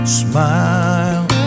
smile